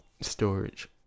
storage